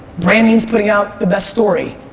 branding is putting out the best story,